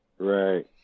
Right